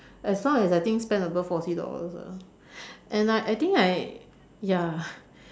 as long as I think spend above forty dollars ah and I I think I ya